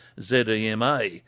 Z-E-M-A